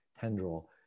tendril